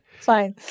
Fine